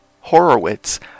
Horowitz